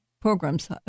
programs